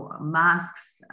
masks